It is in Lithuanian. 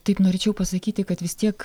taip norėčiau pasakyti kad vis tiek